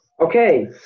Okay